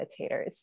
meditators